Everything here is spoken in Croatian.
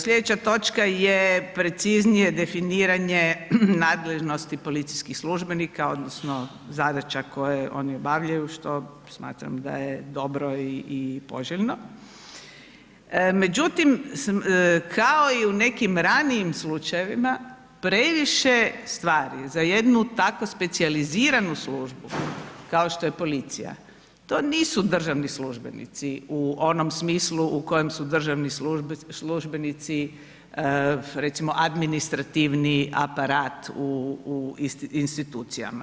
Sljedeća točka je preciznije definiranje nadležnosti policijskih službenika, odnosno zadaća koje oni obavljaju, što smatram da je dobro i poželjno, međutim, kao i u nekim ranijim slučajevima, previše stvari za jednu tako specijaliziranu službu, kao što je policija, to nisu državni službenici u onom smislu u kojem su državni službenici, recimo administrativni aparat u institucijama.